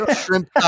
Shrimp